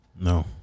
No